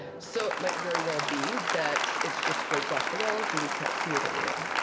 so it might very well be that it's just flaked off the walls, and we can't see it anymore.